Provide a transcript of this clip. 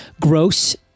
gross